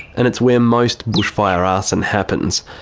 and it's where most bushfire arson happens.